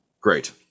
Great